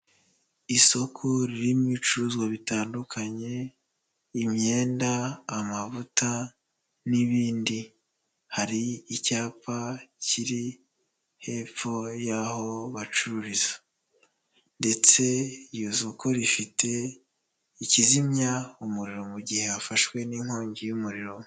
Isoko ririmo ibicuruzwa bitandukanye: imyenda, amavuta n'ibindi, hari icyapa kiri hepfo y'aho bacururiza ndetse iryo soko rifite ikizimya umuriro mu gihe hafashwe n'inkongi y'umuriro.